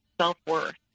self-worth